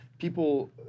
People